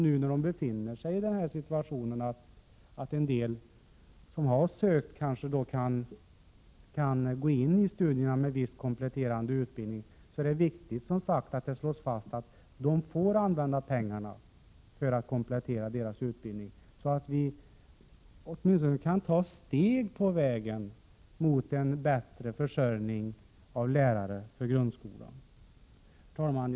När man befinner sig i den situationen att en del som har sökt kanske kan gå in i studierna med viss kompletterande utbildning, är det som sagt viktigt att det slås fast att man får använda pengarna för att komplettera deras utbildning, så att vi åtminstone kan ta ett steg på vägen mot en bättre försörjning med lärare för grundskolan. Herr talman!